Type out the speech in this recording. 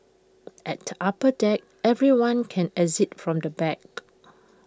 at the upper deck everyone can exit from the back